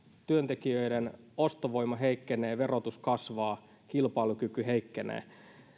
työntekijöiden ostovoima heikkenee verotus kasvaa kilpailukyky heikkenee